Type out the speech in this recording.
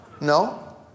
No